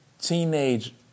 Teenage